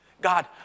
God